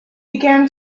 began